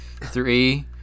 Three